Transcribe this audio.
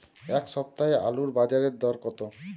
এ সপ্তাহে আলুর বাজারে দর কত?